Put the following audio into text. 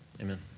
amen